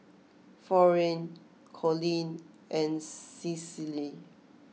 Florene Collie and Cicely